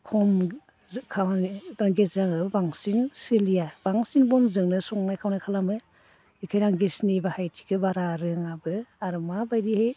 खम खामानि दा गेसजो आङो बांसिन सोलिया बांसिन बनजोंनो संनाय खावनाय खालामो बेखायनो आं गेसनि बाहायथिखो बारा रोङाबो आरो माबायदियै